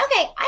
Okay